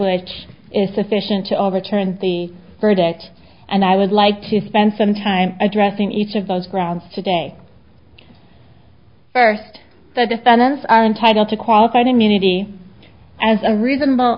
which is sufficient to overturn the verdict and i would like to spend some time addressing each of those grounds today first the defendants are entitled to qualified immunity as a reasonable